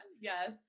Yes